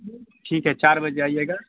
ٹھیک ہے چار بجے آئیے گا